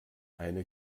eine